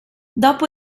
dopo